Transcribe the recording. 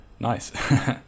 Nice